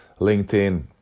linkedin